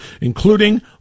including